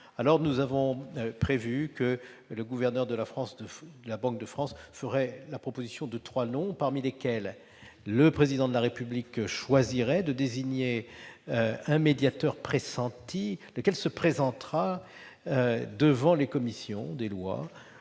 Nous avons donc prévu que le gouverneur de la Banque de France fasse la proposition de trois noms. Parmi ces derniers, le Président de la République choisira de désigner un médiateur pressenti, lequel se présentera devant les commissions des lois